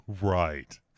right